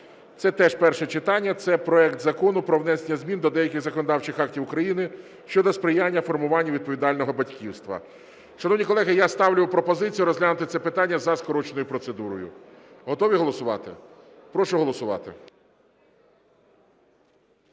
це теж перше читання. Це проект Закону про внесення змін до деяких законодавчих актів України щодо сприяння формуванню відповідального батьківства. Шановні колеги, я ставлю пропозицію розглянути це питання за скороченою процедурою. Готові голосувати? Прошу голосувати.